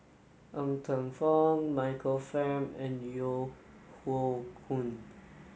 Ng Teng Fong Michael Fam and Yeo Hoe Koon